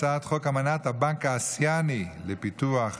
אני קובע כי הצעת החוק לדחיית הבחירות הכלליות לרשויות המקומיות,